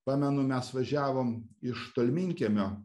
pamenu mes važiavom iš tolminkiemio